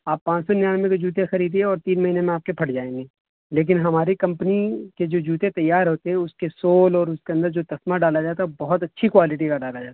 آپ پانچ سو ننانوے کے جوتے خریدیے اور تین مہینے میں آپ کے پھٹ جائیں گے لیکن ہماری کمپنی کے جو جوتے تیار ہوتے ہیں اس کے سول اور اس کے اندر جو تسمہ ڈالا جاتا ہے بہت اچھی کوالٹی کا ڈالا جاتا ہے